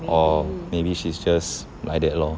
or maybe she's just like that lor